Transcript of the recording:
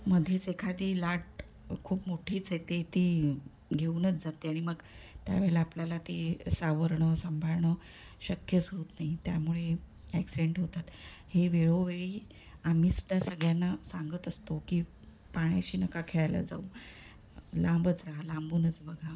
मध्येच एखादी लाट खूप मोठीच येते ती घेऊनच जाते आणि मग त्यावेळेला आपल्याला ते सावरणं सांभाळणं शक्यच होत नाही त्यामुळे ॲक्सिडेंट होतात हे वेळोवेळी आम्ही सुद्धा सगळ्यांना सांगत असतो की पाण्याशी नका खेळायला जाऊ लांबच राहा लांबूनच बघा